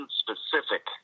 specific